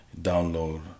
download